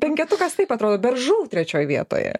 penketukas taip atrodo beržų trečioj vietoje